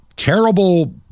terrible